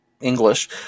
English